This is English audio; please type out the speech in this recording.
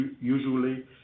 usually –